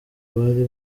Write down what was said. bari